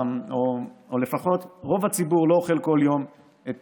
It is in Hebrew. או לפחות רוב הציבור לא אוכל כל יום את